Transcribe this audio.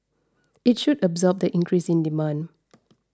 it should absorb the increase in demand